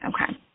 Okay